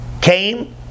came